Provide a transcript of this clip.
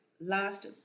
last